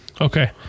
Okay